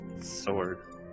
sword